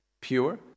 pure